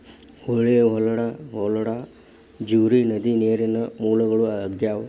ಹೊಳಿ, ಹೊಳಡಾ, ಝರಿ, ನದಿ ನೇರಿನ ಮೂಲಗಳು ಆಗ್ಯಾವ